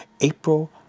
April